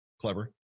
clever